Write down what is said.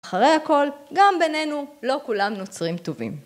אחרי הכל, גם בינינו לא כולם נוצרים טובים.